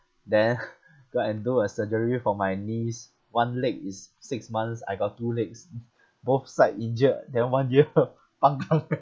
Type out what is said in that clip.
then go and do a surgery for my knees one leg is six months I got two legs both side injured then one year pang kang already